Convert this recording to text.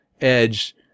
edge